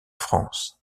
france